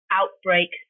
outbreak